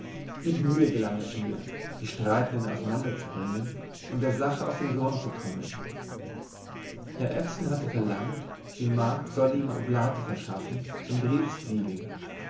mit mühe gelang es mir die streitenden auseinanderzubringen und der sache auf den grund zu kommen herr ewson hatte verlangt die magd solle ihm oblate verschaffen zum